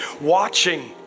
watching